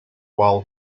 while